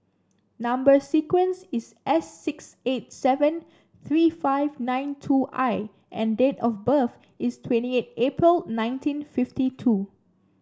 number sequence is S six eight seven three five nine two I and date of birth is twenty eight April nineteen fifty two